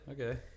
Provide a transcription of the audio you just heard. okay